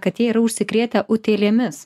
kad jie yra užsikrėtę utėlėmis